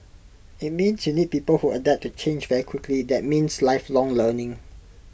IT means you need people who adapt to change very quickly that means lifelong learning